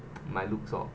my looks lor